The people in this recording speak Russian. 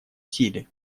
силе